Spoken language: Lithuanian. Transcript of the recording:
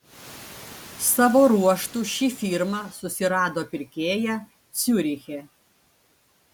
savo ruožtu ši firma susirado pirkėją ciuriche